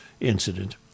Incident